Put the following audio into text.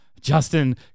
Justin